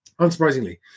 unsurprisingly